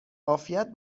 عافیت